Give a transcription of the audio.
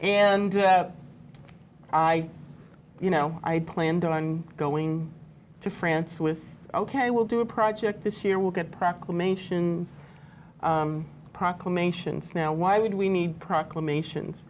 and i you know i had planned on going to france with ok i will do a project this year will get proclamations proclamations now why would we need proclamations